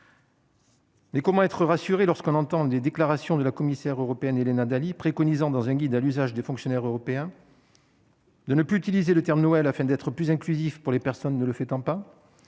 Mais comment être rassuré lorsqu'on entend des déclarations de la commissaire européenne Helena Dalli préconisant dans un guide à l'usage des fonctionnaires européens. De ne plus utiliser le terme Noël afin d'être plus inclusif pour les personnes ne le fait-on pas